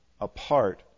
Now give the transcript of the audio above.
apart